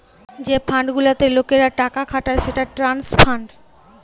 যে ফান্ড গুলাতে লোকরা টাকা খাটায় সেটা ট্রাস্ট ফান্ড